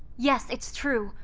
yes, it's true.